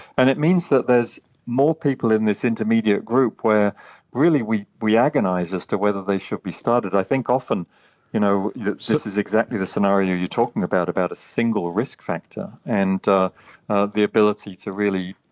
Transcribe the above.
and it means that there is more people in this intermediate group where really we we agonise as to whether they should be started. i think often you know this is exactly the scenario you're talking about, about a single risk factor, and ah ah the ability to really